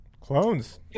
Clones